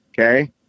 Okay